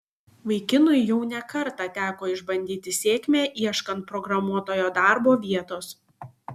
vaikinui jau ne kartą teko išbandyti sėkmę ieškant programuotojo darbo vietos